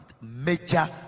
major